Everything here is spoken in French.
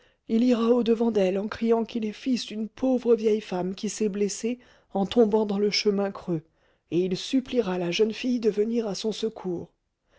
il ira au-devant d'elle en criant qu'il est fils d'une pauvre vieille femme qui s'est blessée en tombant dans le chemin creux et il suppliera la jeune fille de venir à son secours